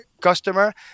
Customer